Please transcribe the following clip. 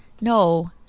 No